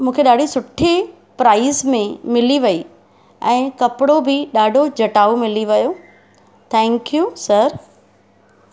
मूंखे ॾाढे सुठे प्राइज़ में मिली वेई ऐं कपिड़ो बि ॾाढो जटाऊ मिली वियो थैंक्यू सर